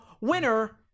winner